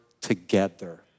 together